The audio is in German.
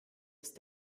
ist